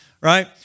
Right